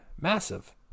Massive